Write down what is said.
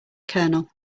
colonel